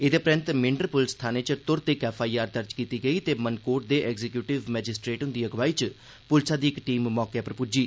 एह्दे परैन्त मेंढर पुलस थाने च तुरत इक एफआईआर दर्ज कीती गेई ते मनकोट दे एग्जीक्यूटिव मैजिस्ट्रेट हुंदी अगुवाई च पुलसै दी इक टीम मौके पर पूज्जी